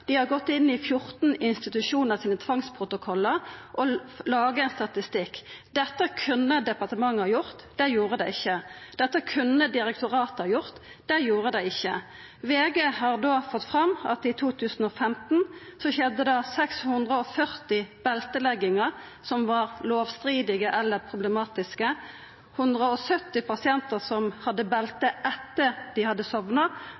Dei har gått inn i tvangsprotokollane til 14 institusjonar og laga ein statistikk. Dette kunne departementet ha gjort – dei gjorde det ikkje. Dette kunne direktoratet ha gjort – dei gjorde det ikkje. VG har fått fram at i 2015 var det 640 belteleggingar som var lovstridige eller problematiske, 170 pasientar som hadde belte etter dei hadde sovna,